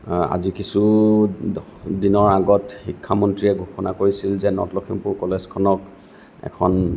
আজি কিছুদিনৰ আগত শিক্ষামন্ত্ৰীয়ে ঘোষণা কৰিছিল যে নৰ্থ লখিমপুৰ কলেজখনক এখন